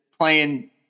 playing